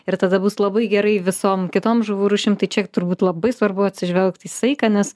ir tada bus labai gerai visom kitom žuvų rūšim tai čia turbūt labai svarbu atsižvelgt į saiką nes